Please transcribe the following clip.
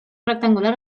rectangular